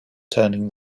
turning